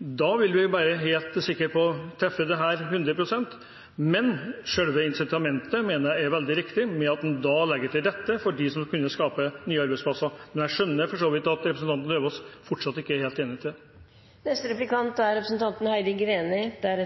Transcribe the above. da vil vi være helt sikre på å treffe dette 100 pst. Men selve incitamentet mener jeg er veldig riktig, med at en da legger til rette for dem som kan skape nye arbeidsplasser. Men jeg skjønner for så vidt at representanten Lauvås fortsatt ikke er helt enig i det. Komitéflertallet – Venstre, Kristelig Folkeparti og regjeringspartiene – viser i